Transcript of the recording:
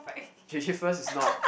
J_J first is not